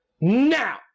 Now